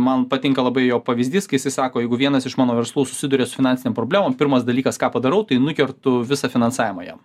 man patinka labai jo pavyzdys kai jisai sako jeigu vienas iš mano verslų susiduria su finansinėm problemėm pirmas dalykas ką padarau tai nukertu visą finansavimą jam